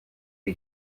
wie